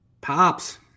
Pops